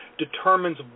determines